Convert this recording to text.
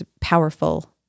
powerful